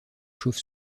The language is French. chauve